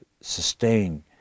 sustain